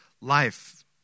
life